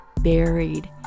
buried